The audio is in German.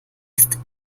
ist